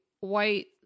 white